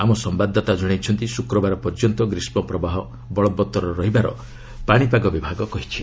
ଆମ ସମ୍ଭାଦଦାତା ଜଣାଇଛନ୍ତି ଶୁକ୍ରବାର ପର୍ଯ୍ୟନ୍ତ ଗ୍ରୀଷ୍କ ପ୍ରବାହ ବଳବତ୍ତର ରହିବାର ପାଣିପାଗ ବିଭାଗ କହିଛି